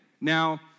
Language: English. Now